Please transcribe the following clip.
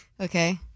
Okay